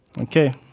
okay